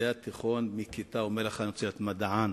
מתלמידי התיכון שאומר שהוא רוצה להיות מדען.